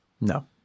No